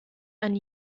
ein